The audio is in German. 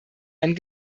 ein